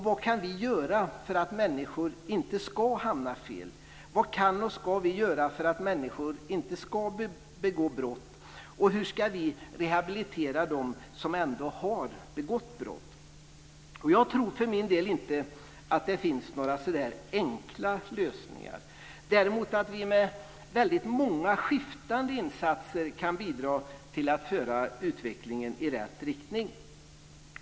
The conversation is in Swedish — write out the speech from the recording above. Vad kan vi göra för att människor inte ska hamna fel? Vad kan och ska vi göra för att människor inte ska begå brott? Hur ska vi rehabilitera dem som ändå har begått brott? Jag tror för min del inte att det finns några enkla lösningar. Däremot tror jag att vi med många skiftande insatser kan bidra till att föra utvecklingen i rätt riktning.